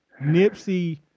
Nipsey